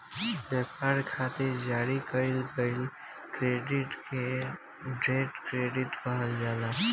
ब्यपार खातिर जारी कईल गईल क्रेडिट के ट्रेड क्रेडिट कहल जाला